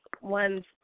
one